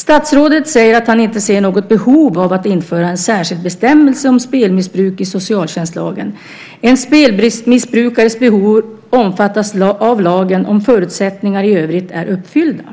Statsrådet säger att han inte ser något behov av att införa en särskild bestämmelse om spelmissbruk i socialtjänstlagen. En spelmissbrukares behov omfattas av lagen, om förutsättningar i övrigt är uppfyllda.